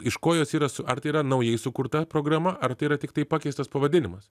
iš ko jos yra su ar tai yra naujai sukurta programa ar tai yra tiktai pakeistas pavadinimas